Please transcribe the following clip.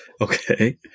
Okay